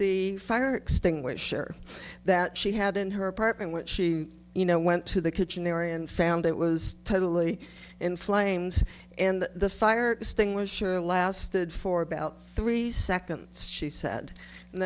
the fire extinguisher that she had in her apartment which she you know went to the kitchen area and found it was totally in flames and the fire extinguisher lasted for about three seconds she said and